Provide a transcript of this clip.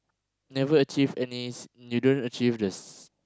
never achieve any s~ you don't achieve the s~